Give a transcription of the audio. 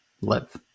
live